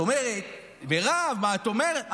את אומרת: מירב, מה את אומרת?